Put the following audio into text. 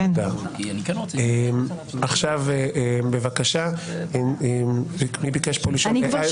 עכשיו בבקשה מי ביקש לשאול?